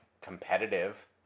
competitive